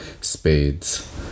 spades